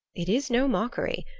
it is no mockery.